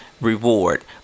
reward